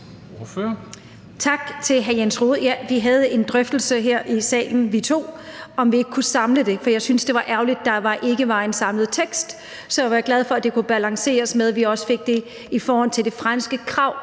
Tak til hr. Jens Rohde. Ja, vi havde en drøftelse her i salen om, hvorvidt vi ikke kunne samle det, for jeg syntes, det var ærgerligt, at der ikke var et samlet forslag til vedtagelse, så jeg var glad for, at det kunne balanceres, så vi også fik med, at hvis der kom et fransk krav